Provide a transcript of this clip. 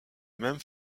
même